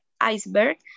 iceberg